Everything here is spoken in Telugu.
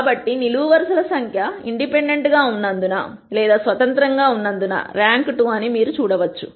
కాబట్టి నిలువు వరుసల సంఖ్య స్వతంత్రంగా ఉన్నందున ర్యాంక్ 2 అని మీరు చూడవచ్చు